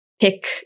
pick